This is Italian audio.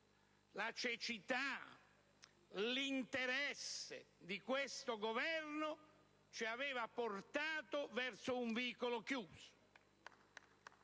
la cecità e l'interesse di questo Governo ci avevano portati verso un vicolo chiuso.